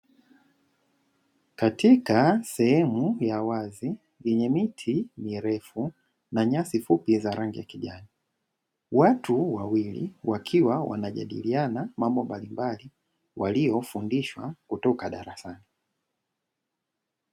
Katika sehemu ya wazi yenye miti mirefu na nyasi fupi za rangi ya kijani, watu wawili wakiwa wanajadiliana mambo mbalimbali waliyofundishwa kutoka darasani.